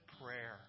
prayer